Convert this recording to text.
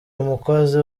umukozi